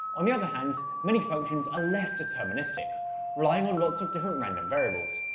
on the other hand, many functions are less deterministic relying on lots of different random variables.